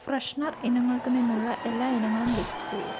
freshener ഇനങ്ങൾക്ക് നിന്നുള്ള എല്ലാ ഇനങ്ങളും ലിസ്റ്റ് ചെയ്യുക